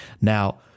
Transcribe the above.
Now